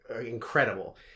incredible